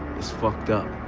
it's fucked up.